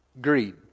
greed